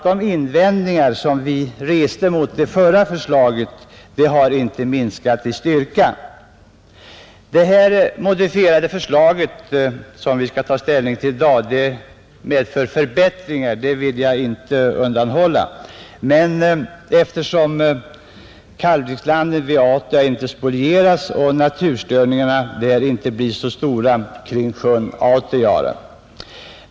De invändningar som vi rest mot det förra förslaget har därför inte minskat i styrka, Det modifierade förslag som vi skall ta ställning till i dag medför vissa förbättringar, det vill jag inte undanhålla, eftersom kalvningslandet vid Auta inte spolieras och naturstörningarna inte blir så stora kring Autajaure,.